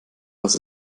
was